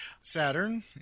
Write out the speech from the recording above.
Saturn